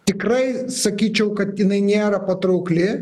tikrai sakyčiau kad jinai nėra patraukli